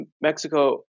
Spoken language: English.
Mexico